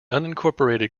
unincorporated